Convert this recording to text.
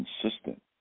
consistent